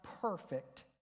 perfect